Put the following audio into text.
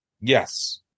Yes